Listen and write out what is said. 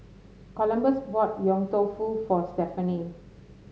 Columbus bought Yong Tau Foo for Stephany